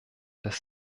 dass